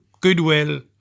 goodwill